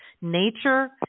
Nature